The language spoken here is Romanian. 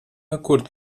acord